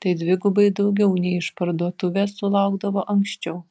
tai dvigubai daugiau nei išparduotuvės sulaukdavo anksčiau